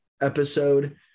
episode